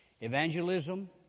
evangelism